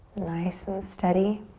nice and steady.